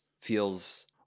feels